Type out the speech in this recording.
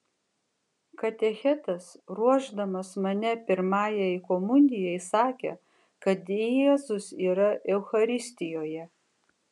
katechetas ruošdamas mane pirmajai komunijai sakė kad jėzus yra eucharistijoje